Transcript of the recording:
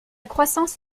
croissance